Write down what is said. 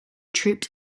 troops